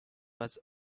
was